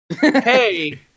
Hey